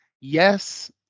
yes